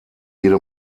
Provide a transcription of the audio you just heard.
jede